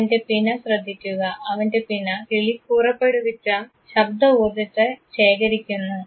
അവൻറെ പിന ശ്രദ്ധിക്കുക അവൻറെ പിന കിളി പുറപ്പെടുവിച്ച ശബ്ദ ഊർജ്ജത്തെ ശേഖരിക്കുന്നു